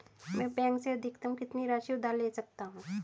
मैं बैंक से अधिकतम कितनी राशि उधार ले सकता हूँ?